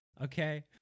okay